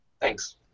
Thanks